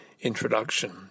introduction